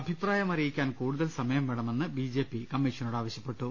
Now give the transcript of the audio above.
അഭിപ്രായമറിയി ക്കാൻ കൂടുതൽ സമയംവേണമെന്ന് ബി ജെ പി കമ്മീഷനോട് ആവശ്യപ്പെ ട്ടു